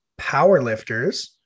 powerlifters